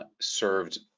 served